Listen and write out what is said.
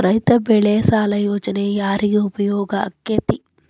ರೈತ ಬೆಳೆ ಸಾಲ ಯೋಜನೆ ಯಾರಿಗೆ ಉಪಯೋಗ ಆಕ್ಕೆತಿ?